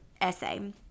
essay